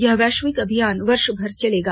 यह वैश्विक अभियान वर्ष भर चलेगा